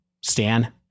Stan